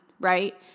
right